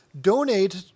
donate